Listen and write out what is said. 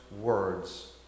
words